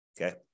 okay